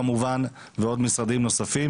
ועוד משרדים נוספים,